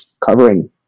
covering